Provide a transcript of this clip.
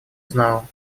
знала